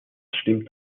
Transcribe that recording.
stimmt